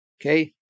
Okay